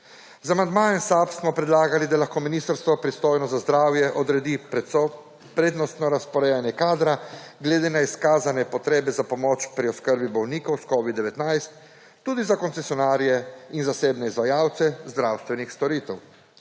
Z amandmajem SAB smo predlagali, da lahko ministrstvo, pristojno za zdravje, odredi prednostno razporejanje kadra glede na izkazane potrebe za pomoč pri oskrbi bolnikov s COVID-19 tudi za koncesionarje in zasebne izvajalce zdravstvenih storitev.